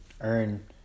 earn